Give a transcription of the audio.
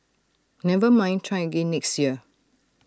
never mind try again next year